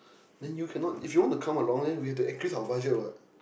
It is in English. then you cannot if you wanna come along then we have to increase our budget what